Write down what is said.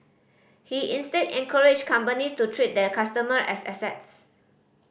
he instead encouraged companies to treat their customer as assets